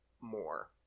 more